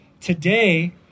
Today